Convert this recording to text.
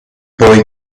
boy